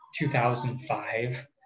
2005